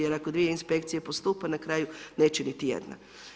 Jer ako dvije inspekcije postupa, na kraju neće niti jedna.